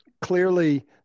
Clearly